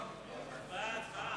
ההצעה